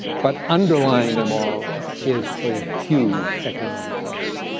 but underlying them all is a huge economic factor.